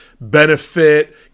benefit